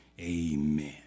Amen